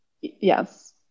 yes